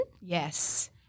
yes